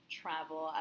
travel